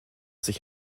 sich